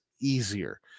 easier